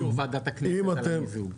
וצריך את אישור ועדת הכנסת על המיזוג.